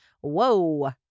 whoa